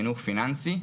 חינוך פיננסי,